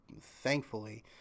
thankfully